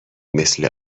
مثل